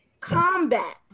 combat